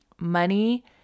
Money